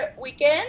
weekend